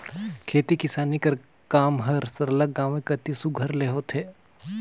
खेती किसानी कर काम हर सरलग गाँवें कती सुग्घर ले होथे